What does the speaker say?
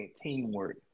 teamwork